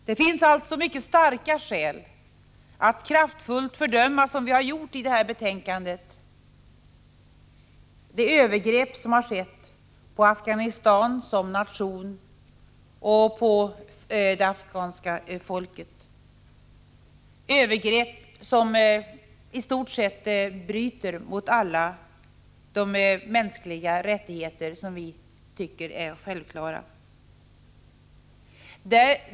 Det finns alltså mycket starka skäl att kraftfullt fördöma, vilket vi har gjort i detta betänkande, de övergrepp som skett på Afghanistan som nation och på det afghanska folket, övergrepp som i stort sett strider mot alla de mänskliga rättigheter som vi tycker är självklara.